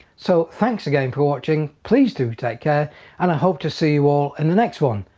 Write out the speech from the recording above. so thanks again for watching please do take care and i hope to see you all in the next one.